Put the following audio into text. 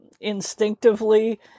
instinctively